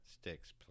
Sticks